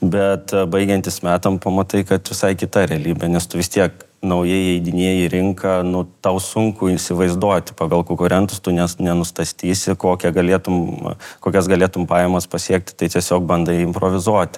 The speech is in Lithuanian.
bet baigiantis metam pamatai kad visai kita realybė nes tu vis tiek naujai įeidinėji rinką nu tau sunku įsivaizduoti pagal konkurentus tu nes nenustastysi kokią galėtum kokias galėtum pajamas pasiekti tai tiesiog bandai improvizuoti